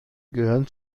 gehören